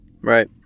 Right